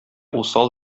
усал